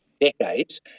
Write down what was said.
decades